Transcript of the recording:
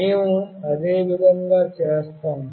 మేము అదే విధంగా చేస్తాము